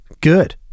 good